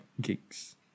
gigs